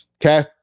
okay